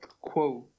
quote